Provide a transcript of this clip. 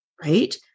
Right